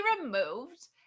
removed